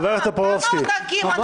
גם אתמול ראית תחקיר אחר, אוסנת.